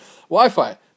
Wi-Fi